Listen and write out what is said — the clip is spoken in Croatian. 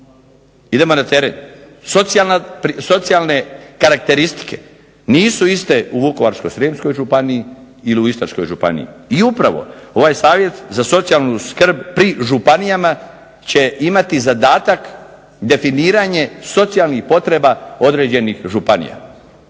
Idemo na teren. Socijalne karakteristike nisu iste u Vukovarsko-srijemskoj županiji ili u Istarskoj županiji. I upravo ovaj Savjet za socijalnu skrb pri županijama će imati zadatak definiranje socijalnih potreba određenih županija.